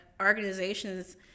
organizations